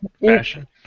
fashion